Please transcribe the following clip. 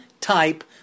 type